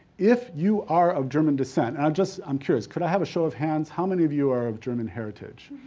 if you are of german descent and i'm just, i'm curious, could i have a show of hands, how many of you are of german heritage?